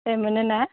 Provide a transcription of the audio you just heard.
ए मोनोना